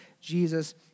Jesus